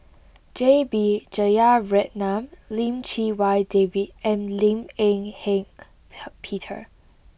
J B Jeyaretnam Lim Chee Wai David and Lim Eng Hock Peter